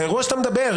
באירוע עליו אתה מדבר.